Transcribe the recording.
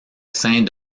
saint